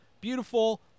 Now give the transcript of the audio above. beautiful